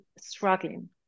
struggling